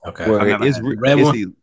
Okay